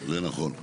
זה נכון.